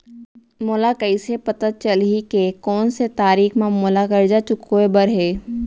मोला कइसे पता चलही के कोन से तारीक म मोला करजा चुकोय बर हे?